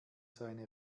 seine